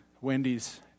Wendy's